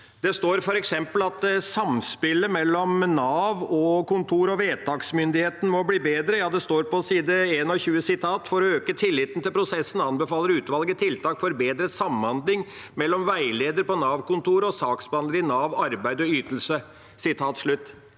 Det står f.eks. at samspillet mellom Nav-kontor og vedtaksmyndigheten må bli bedre, på side 21: «For å øke tilliten til prosessen, anbefaler utvalget tiltak for bedre samhandling mellom veileder på Navkontoret og saksbehandler i NAV Arbeid og ytelser.» Bedre